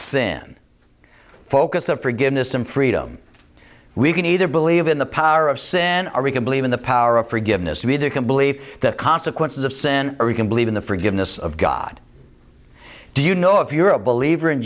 sin focus of forgiveness and freedom we can either believe in the power of sin or we can believe in the power of forgiveness to be there can believe the consequences of sin or we can believe in the forgiveness of god do you know if you're a believer in